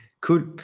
Cool